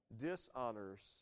dishonors